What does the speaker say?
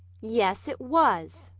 yes, it was,